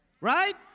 Right